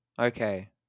Okay